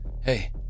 Hey